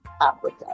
Africa